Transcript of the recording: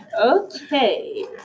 Okay